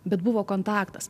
bet buvo kontaktas